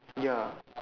ya